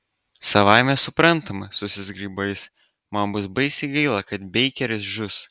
savaime suprantama susizgribo jis man bus baisiai gaila kad beikeris žus